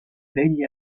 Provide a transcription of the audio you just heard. degli